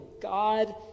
God